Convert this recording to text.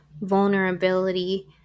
vulnerability